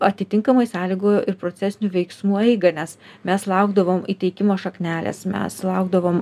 atitinkamai sąlygoja ir procesinių veiksmų eigą nes mes laukdavom įteikimo šaknelės mes laukdavom